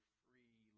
free